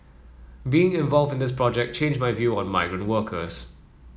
being involved in this project changed my view on migrant workers